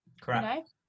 Correct